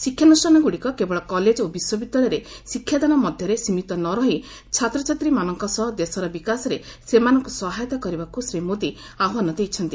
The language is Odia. ଶିକ୍ଷାନୁଷାନଗୁଡ଼ିକ କେବଳ କଲେଜ ଓ ବିଶ୍ୱବିଦ୍ୟାଳୟରେ ଶିକ୍ଷାଦାନ ମଧ୍ୟରେ ସୀମିତ ନ ରହି ଛାତ୍ରଛାତ୍ରୀମାନଙ୍କ ସହ ଦେଶର ବିକାଶରେ ସେମାନଙ୍କୁ ସହାୟତା କରିବାକୁ ଶ୍ରୀ ମୋଦି ଆହ୍ୱାନ ଦେଇଛନ୍ତି